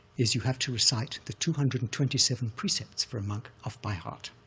is you have to recite the two hundred and twenty seven precepts for a monk off by heart.